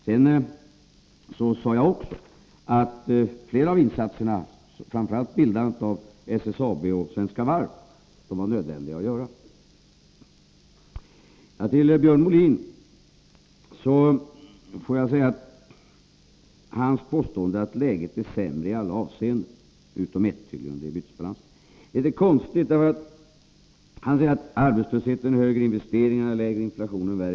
Sedan sade jag att flera av insatserna var nödvändiga, framför allt bildandet av SSAB och Svenska Varv AB. Björn Molin påstod att läget är sämre i alla avseenden utom i ett — beträffande bytesbalansen. Han sade att arbetslösheten är högre, investeringarna lägre och inflationen värre.